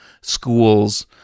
schools